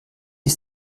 ist